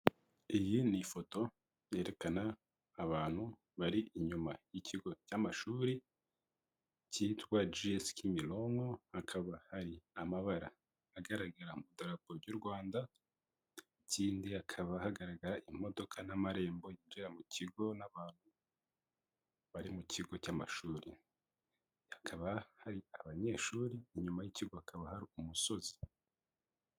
Iyi ni ifoto yerekana abantu bari inyuma y'ikigo cy'amashuri cyitwa G.S Kimironko, hakaba hari amabara agaragara mu idarapo by'u Rwanda, ikindi hakaba hagaragara imodoka n'amarembo yinjira mu kigo n'abantu bari mu kigo cy'amashuri, hakaba hari abanyeshuri, inyuma y'ikigo hakaba hari umusozi.